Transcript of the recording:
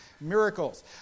miracles